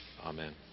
Amen